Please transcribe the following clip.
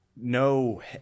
No